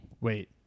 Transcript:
Wait